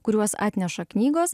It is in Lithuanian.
kuriuos atneša knygos